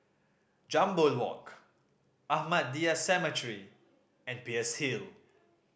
Jambol Walk Ahmadiyya Cemetery and Peirce Hill